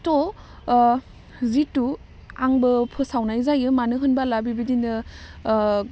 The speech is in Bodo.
थह जिथु आंबो फोसावनाय जायो मानो होनबाला बिबायदिनो